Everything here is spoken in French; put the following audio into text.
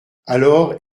alors